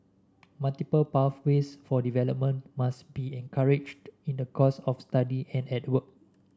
multiple pathways for development must be encouraged in the course of study and at work